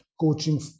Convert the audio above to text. coaching